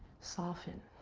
soften.